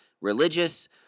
religious